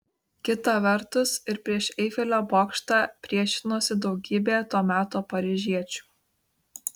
kita vertus ir prieš eifelio bokštą priešinosi daugybė to meto paryžiečių